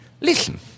listen